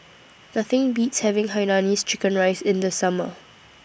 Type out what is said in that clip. Nothing Beats having Hainanese Chicken Rice in The Summer